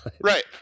right